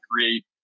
create